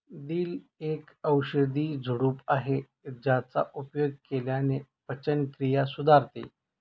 दिल एक औषधी झुडूप आहे ज्याचा उपयोग केल्याने पचनक्रिया सुधारते